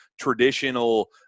traditional –